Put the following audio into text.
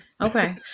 okay